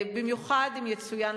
במיוחד אם יצוין,